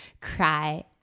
cry